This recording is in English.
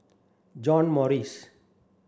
John Morrice